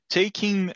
taking